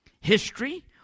history